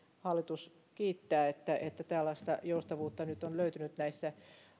hallitus kiittää että että tällaista joustavuutta nyt on löytynyt näissä